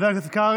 אני